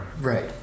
Right